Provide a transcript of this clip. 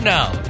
now